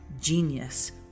Genius